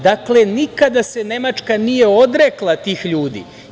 Dakle, nikada se Nemačka nije odrekla tih ljudi.